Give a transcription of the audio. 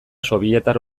sobietar